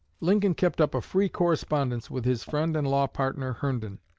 lincoln kept up a free correspondence with his friend and law-partner herndon,